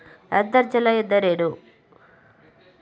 ಅಂತರ್ಜಲ ಎಂದರೇನು?